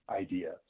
idea